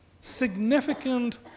significant